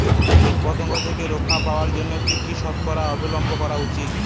কীটপতঙ্গ থেকে রক্ষা পাওয়ার জন্য কি কি সর্তকতা অবলম্বন করা উচিৎ?